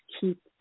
keep